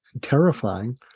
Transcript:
terrifying